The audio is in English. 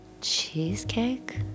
Cheesecake